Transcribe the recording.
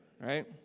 Right